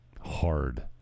hard